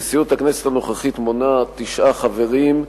נשיאות הכנסת הנוכחית מונה תשעה חברים,